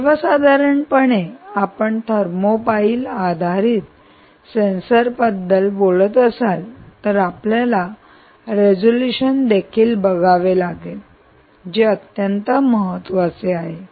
सर्वसाधारणपणे आपण थर्मापाईल आधारित सेन्सर बद्दल बोलत असाल तर आपल्याला रिझोल्यूशन देखील बघावे लागेल जे अत्यंत महत्वाचे आहे